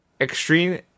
Extreme